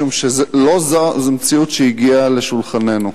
משום שלא זו המציאות שהגיעה לשולחננו.